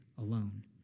alone